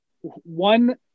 one